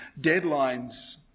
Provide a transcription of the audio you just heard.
deadlines